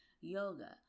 yoga